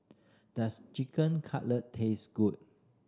does Chicken Cutlet taste good